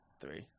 three